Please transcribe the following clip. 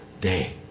day